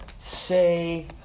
say